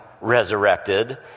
resurrected